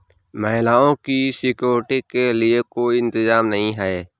महिलाओं की सिक्योरिटी के लिए कोई इंतजाम नहीं है